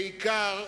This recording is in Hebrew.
בעיקר,